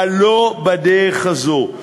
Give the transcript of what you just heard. אבל לא בדרך הזאת.